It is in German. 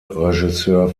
regisseur